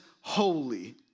holy